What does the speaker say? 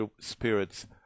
spirits